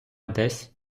десь